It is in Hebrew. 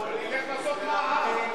בוא נלך לעשות מאהל.